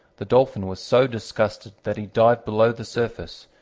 the dolphin was so disgusted that he dived below the surface,